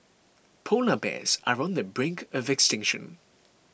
Polar Bears are on the brink of extinction